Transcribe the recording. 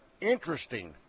interesting